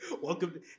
Welcome